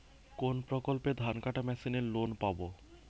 কোন প্রকল্পে ধানকাটা মেশিনের লোন পাব?